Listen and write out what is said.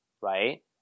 right